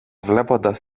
βλέποντας